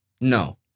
No